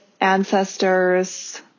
ancestors